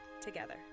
together